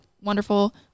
wonderful